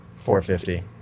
450